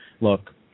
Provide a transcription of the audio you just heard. look